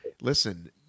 Listen